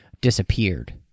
disappeared